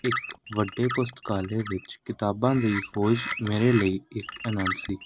ਇੱਕ ਵੱਡੇ ਪੁਸਤਕਾਲਿਆ ਵਿੱਚ ਕਿਤਾਬਾਂ ਦੀ ਖੋਜ ਮੇਰੇ ਲਈ ਇੱਕ ਆਨੰਦ ਸੀ